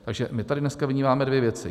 Takže my tady dneska vnímáme dvě věci.